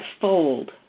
fold